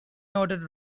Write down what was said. noted